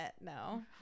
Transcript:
no